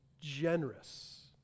generous